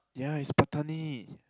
yeah it's Patani